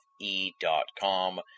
E.com